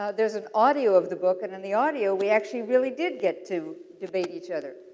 ah there's an audio of the book. and, in the audio we actually really did get to debate each other.